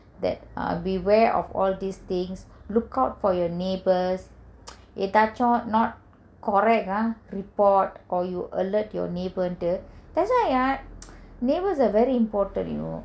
that uh beware of all these things look out for your neighbours எதாச்சு:ethachu not correct ah report or you alert your neighbour that's why ah neighbours are very important you know